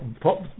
pop